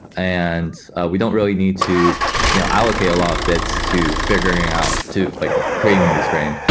and we don't really need to you know allocate a lot bits to figuring out to like creating these frames.